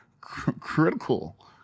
critical